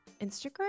Instagram